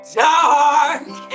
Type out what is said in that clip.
dark